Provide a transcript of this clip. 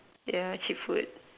yeah cheap food